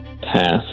Pass